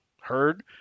heard